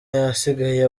yasigaye